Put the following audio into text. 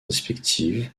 respective